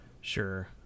Sure